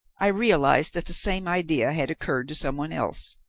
i realized that the same idea had occurred to some one else,